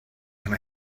and